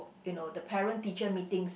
you know the parent teacher meetings